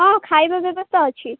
ହଁ ଖାଇବା ବ୍ୟବସ୍ଥା ଅଛି